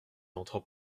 entrant